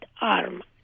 arm